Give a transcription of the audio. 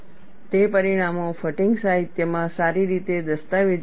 તે પરિણામો ફટીગ સાહિત્યમાં સારી રીતે દસ્તાવેજીકૃત છે